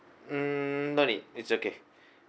mm no need it's okay